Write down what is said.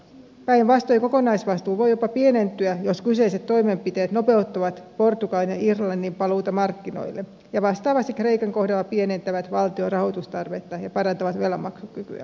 päinvastoin kokonaisvastuu voi jopa pienentyä jos kyseiset toimenpiteet nopeuttavat portugalin ja irlannin paluuta markkinoille ja vastaavasti kreikan kohdalla pienentävät valtion rahoitustarvetta ja parantavat velanmaksukykyä